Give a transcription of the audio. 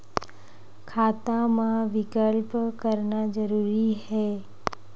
खाता मा विकल्प करना जरूरी है?